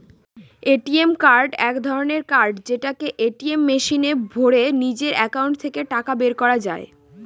ATM card এক ধরনের card যেটাকে এটিএম মেশিনে ভোরে নিজের একাউন্ট থেকে টাকা বের করা যায়